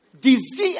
disease